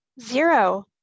Zero